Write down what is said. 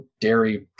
dairy